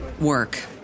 work